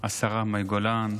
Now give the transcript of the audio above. השרה מאי גולן,